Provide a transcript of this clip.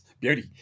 beauty